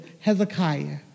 Hezekiah